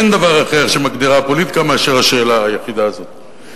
אין דבר אחר שהפוליטיקה מגדירה מלבד השאלה היחידה הזאת.